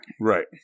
Right